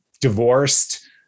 divorced